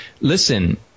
listen